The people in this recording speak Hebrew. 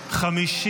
נתקבלה.